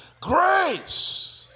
Grace